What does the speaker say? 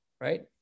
right